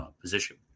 position